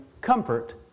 comfort